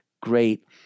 great